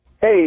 hey